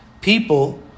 people